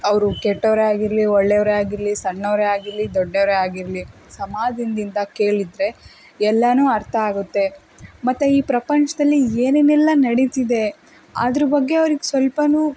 ಅವರು ಕೆಟ್ಟವರೇ ಆಗಿರಲಿ ಒಳ್ಳೆಯವರೇ ಆಗಿರಲಿ ಸಣ್ಣವರೇ ದೊಡ್ಡವರೇ ಆಗಿರಲಿ ಸಮಾದಿಂದಿಂದ ಕೇಳಿದರೆ ಎಲ್ಲಾನೂ ಅರ್ಥ ಆಗುತ್ತೆ ಮತ್ತು ಈ ಪ್ರಪಂಚದಲ್ಲಿ ಏನೇನೆಲ್ಲ ನಡೀತಿದೆ ಅದರ ಬಗ್ಗೆ ಅವ್ರಿಗೆ ಸ್ವಲ್ಪನೂ